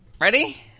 Ready